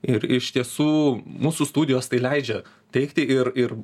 ir iš tiesų mūsų studijos tai leidžia teikti ir ir